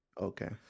Okay